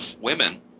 women